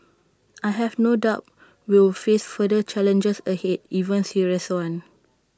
I have no doubt we will face further challenges ahead even serious ones